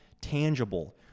tangible